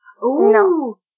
No